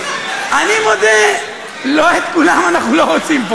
ואני מאוד מאוד מברכת גם את הכנסת וגם את הממשלה ואת שר האוצר,